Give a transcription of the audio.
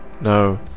no